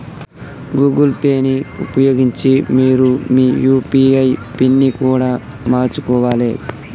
Google Pay ని ఉపయోగించి మీరు మీ యూ.పీ.ఐ పిన్ని కూడా మార్చుకోవాలే